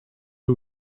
eux